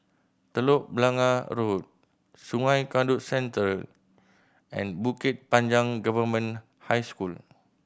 Telok Blangah Road Sungei Kadut Central and Bukit Panjang Government High School